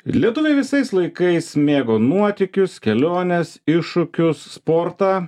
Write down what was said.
lietuviai visais laikais mėgo nuotykius keliones iššūkius sportą